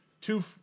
two